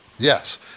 Yes